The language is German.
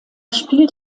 spielt